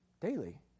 Daily